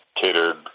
catered